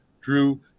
drew